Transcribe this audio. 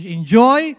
enjoy